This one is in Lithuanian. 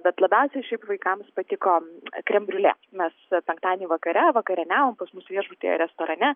bet labiausiai šiaip vaikams patiko krem briulė mes penktadienį vakare vakarieniavom pas mus viešbutyje restorane